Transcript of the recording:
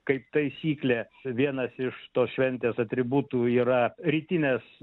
kaip taisyklė vienas iš tos šventės atributų yra rytinės